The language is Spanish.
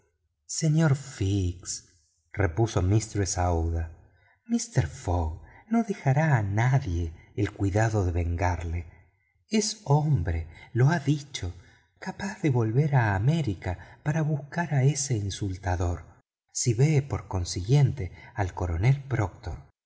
fix repuso mistress aouida mister fogg no dejará a nadie el cuidado de vengarlo es hombre lo ha dicho capaz de volver a américa para buscar a ese provocador si ve por consiguiente al coronel proctor